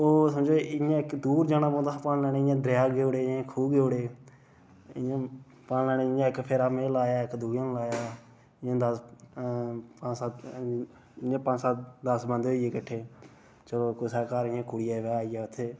ओह् समझो इ'यां इक दूर जाना पौंदा हा पानी लैने गी इ'यां दरेआ गे उट्ठी जां खूह गे उट्ठी इ'यां पानी लैन्ने गी इ'यां इक फेरा में लाया इक दूए ने लाया इ'यां दस पंञ सत्त इ'यां पंञ सत्त दस बंदे होई गे किट्ठै चलो कुसै दे घर इ'यां कुड़ी दा ब्याह् आई गेआ उत्थै